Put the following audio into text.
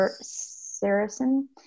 Saracen